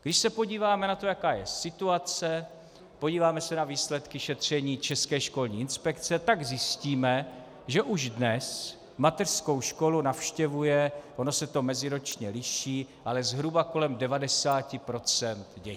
Když se podíváme na to, jaká je situace, podíváme se na výsledky šetření České školní inspekce, tak zjistíme, že už dnes mateřskou školu navštěvuje, ono se to meziročně liší, ale zhruba kolem 90 procent dětí.